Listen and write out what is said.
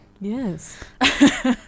yes